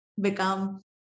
become